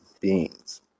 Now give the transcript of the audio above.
beings